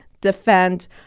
defend